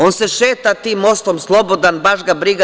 On se šeta tim mostom slobodan, baš ga briga.